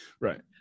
right